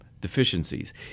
Deficiencies